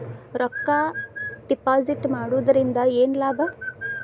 ರೊಕ್ಕ ಡಿಪಾಸಿಟ್ ಮಾಡುವುದರಿಂದ ಏನ್ ಲಾಭ?